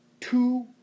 two